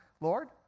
Lord